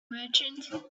merchant